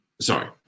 Sorry